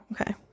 okay